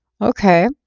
Okay